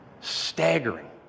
Staggering